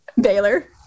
Baylor